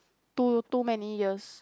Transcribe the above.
too too many years